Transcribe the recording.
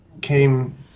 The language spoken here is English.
came